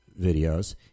videos